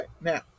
now